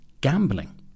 gambling